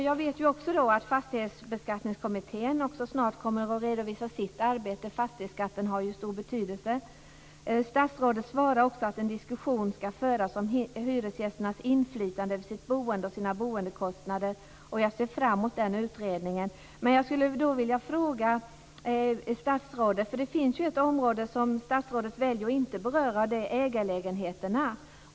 Jag vet att Fastighetsbeskattningskommittén snart kommer att redovisa sitt arbete. Fastighetsskatten har ju stor betydelse. Statsrådet svarar också att en diskussion skall föras om hyresgästernas inflytande över sitt boende och sina boendekostnader. Jag ser fram mot den utredningen. Det finns ju ett område som statsrådet väljer att inte beröra. Det är ägarlägenheterna.